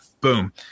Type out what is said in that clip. boom